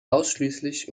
ausschließlich